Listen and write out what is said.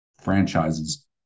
franchises